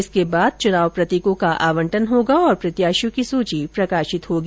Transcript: इसके बाद चुनाव प्रतीकों का आंवटन होगा और प्रत्याशियों की सूची प्रकाशित होगी